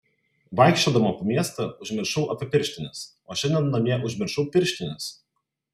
vaikščiodama po miestą užmiršau apie pirštines o šiandien namie užmiršau pirštines